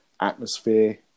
atmosphere